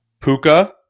Puka